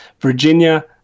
Virginia